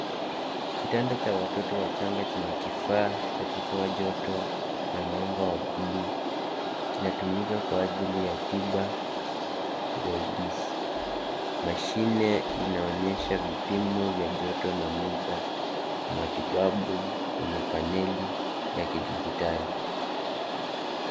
Kitanda cha watoto wachanga chenye kifaa cha kutoa joto na mwanga wa bluu. Kinatumika kwa ajili ya tiba jaundice .Mashine inaonyesha vipimo vya joto na muda wa matibabu kwenye panel ya kidijitali.